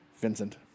Vincent